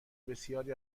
بسیاری